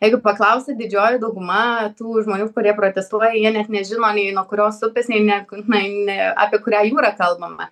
jeigu paklausia didžioji dauguma tų žmonių kurie protestuoja jie net nežino nei nuo kurios upės nei ne k nei ne apie kurią jūrą kalbama